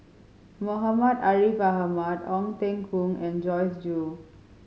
Muhammad Ariff Ahmad Ong Teng Koon and Joyce Jue